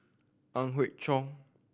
Ang Hiong Chiok